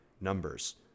Numbers